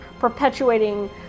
perpetuating